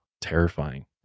terrifying